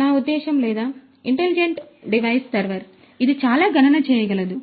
నా ఉద్దేశ్యం లేదా ఇంటెలిజెంట్ డివైస్ సర్వర్ ఇది చాలా గణన చేయగలదు